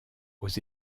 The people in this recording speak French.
aux